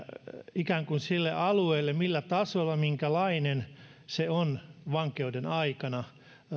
ikään kuin sille alueelle millä tasolla minkälainen se on vankeuden aikana